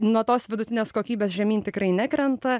nuo tos vidutinės kokybės žemyn tikrai nekrenta